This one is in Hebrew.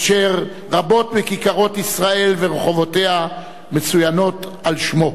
אשר רבים מכיכרות ישראל ורחובותיה מצוינים על שמו.